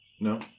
No